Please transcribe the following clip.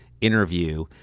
interview